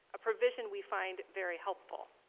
a provision we find very helpful.